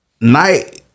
night